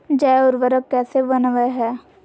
जैव उर्वरक कैसे वनवय हैय?